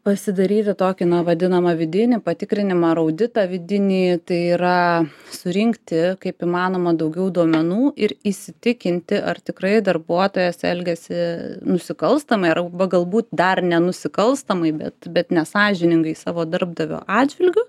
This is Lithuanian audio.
pasidaryti tokį vadinamą vidinį patikrinimą ar auditą vidinį tai yra surinkti kaip įmanoma daugiau duomenų ir įsitikinti ar tikrai darbuotojas elgiasi nusikalstamai arba galbūt dar nenusikalstamai bet bet nesąžiningai savo darbdavio atžvilgiu